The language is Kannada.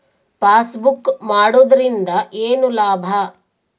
ಪಾಸ್ಬುಕ್ ಮಾಡುದರಿಂದ ಏನು ಲಾಭ?